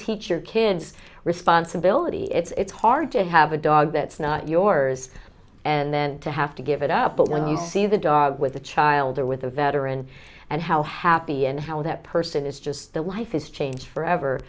teach your kids responsibility it's hard to have a dog that's not yours and then to have to give it up but when you see the dog with a child or with a veteran and how happy and how that person is just that life is changed forever